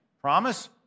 promise